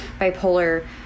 bipolar